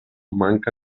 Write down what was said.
manca